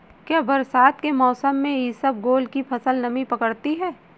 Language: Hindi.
क्या बरसात के मौसम में इसबगोल की फसल नमी पकड़ती है?